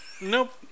Nope